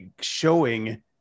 showing